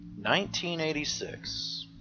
1986